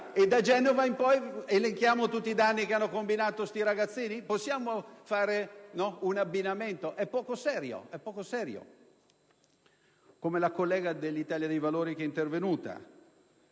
Da Genova in poi, elenchiamo tutti i danni che hanno combinato questi ragazzini! Possiamo fare un abbinamento? È poco serio. Penso alla collega dell'Italia dei Valori che è intervenuta